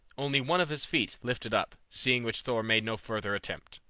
only one of his feet lifted up, seeing which thor made no further attempt.